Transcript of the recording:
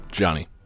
Johnny